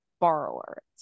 Borrower